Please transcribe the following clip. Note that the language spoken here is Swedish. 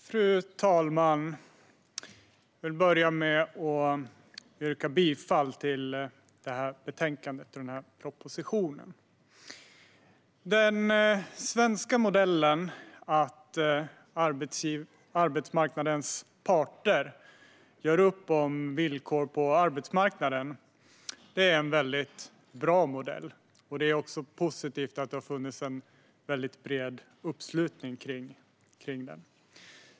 Fru talman! Jag vill börja med att yrka bifall till utskottets förslag i betänkandet. Den svenska modellen att arbetsmarknadens parter gör upp om villkor på arbetsmarknaden är en väldigt bra modell. Det är också positivt att det har funnits en så bred uppslutning kring detta.